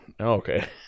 okay